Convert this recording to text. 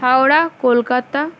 Howrah Kolkata